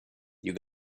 you